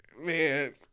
man